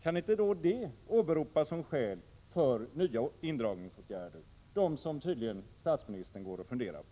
Kan då inte det åberopas som skäl för nya indragningsåtgärder—som statsministern går och funderar på?